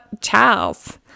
Charles